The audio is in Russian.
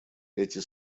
эти